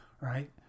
Right